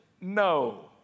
No